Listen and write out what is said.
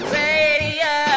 radio